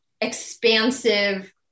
expansive